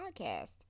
podcast